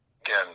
Again